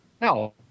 No